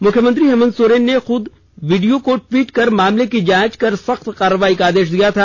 मुख्यमंत्री हेमंत सोरेन ने खुद वीडियो को ट्वीट कर मामले की जांच कर सख्त कार्रवाई का आदेश दिया था